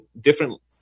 different